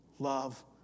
love